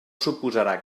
suposarà